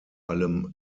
allem